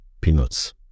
peanuts